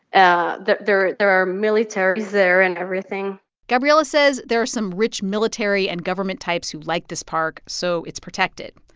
ah there there are militaries there and everything gabriela says there are some rich military and government types who like this park, so it's protected.